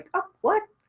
like, what?